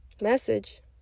Message